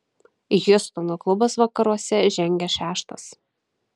hjustono klubas vakaruose žengia šeštas